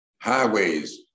highways